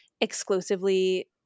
exclusively